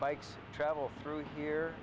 bikes travel through here